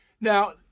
Now